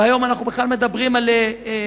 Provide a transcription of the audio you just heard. והיום אנחנו בכלל מדברים על המשא-ומתן